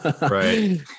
Right